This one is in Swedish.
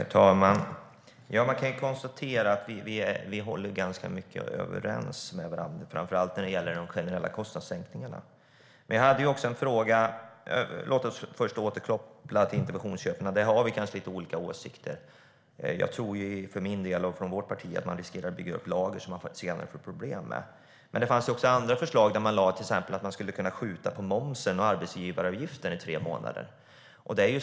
Herr talman! Jag kan konstatera att vi är ganska överens med varandra, framför allt när det gäller de generella kostnadssänkningarna. Låt oss först återkoppla till interventionsköpen. Där har vi kanske lite olika åsikter. Jag och mitt parti tror att man riskerar att bygga upp lager som man senare får problem med. Men det fanns också andra förslag, till exempel om att man skulle kunna skjuta på momsen och arbetsgivaravgiften i tre månader.